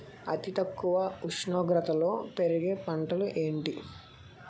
అతి తక్కువ ఉష్ణోగ్రతలో పెరిగే పంటలు ఏంటి?